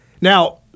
Now